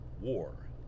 war